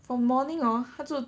for morning hor 他做